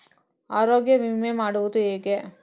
ಆರೋಗ್ಯ ವಿಮೆ ಮಾಡುವುದು ಹೇಗೆ?